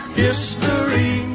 history